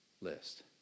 list